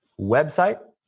website,